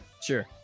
Sure